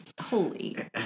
holy